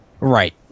right